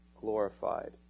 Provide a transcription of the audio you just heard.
glorified